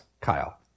Kyle